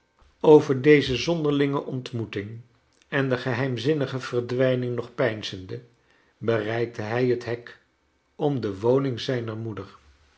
over deze zonderlinge ontmoeting en de geheimzinnige verdwijning aog peinzende bereikte hij het hek om de woning zijner moeder